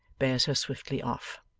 bears her swiftly off.